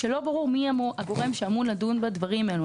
ולא ברור מי הגורם שאמון לדון בדברים האלה.